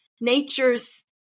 nature's